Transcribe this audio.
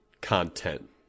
content